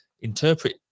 interpret